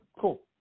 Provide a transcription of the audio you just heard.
cool